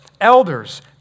elders